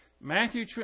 Matthew